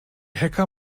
hacker